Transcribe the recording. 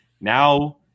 now